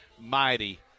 mighty